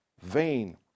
vain